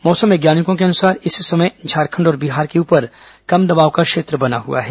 मौसम वैज्ञानिकों के अनुसार इस समय झारखंड और बिहार के ऊपर कम दबाव का क्षेत्र बना हुआ है